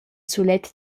sulet